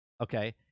okay